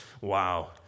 wow